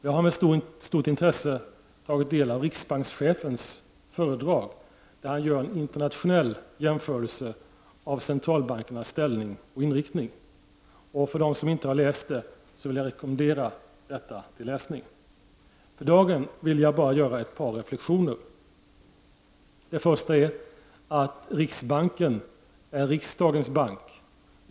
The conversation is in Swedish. Jag har med stort intresse tagit del av riksbankschefens föredrag där han gör en internationell jämförelse av centralbankernas ställning och inriktning. För dem som inte har läst det föredraget rekommenderar jag det till läsning. För dagen vill jag bara göra ett par reflexioner. För det första är riksbanken riksdagens bank.